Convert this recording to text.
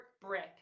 brick